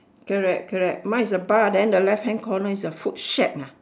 correct correct mine is a bar then the left hand corner is a food shack ah